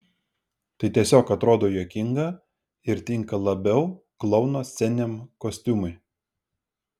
tai tiesiog atrodo juokinga ir tinka labiau klouno sceniniam kostiumui